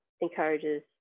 encourages